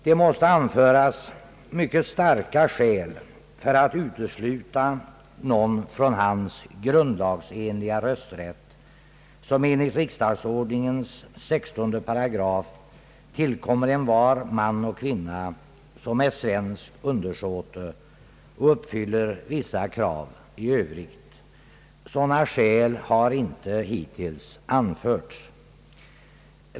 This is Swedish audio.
Det måste anföras mycket starka skäl för att utesluta någon från hans grundlagsenliga rösträtt, som enligt riksdagsordningens 16 § tillkommer envar man och kvinna som är svensk undersåte och uppfyller vissa krav i övrigt. Sådana skäl har hittills inte anförts.